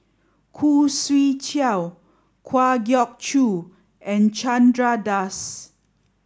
Khoo Swee Chiow Kwa Geok Choo and Chandra Das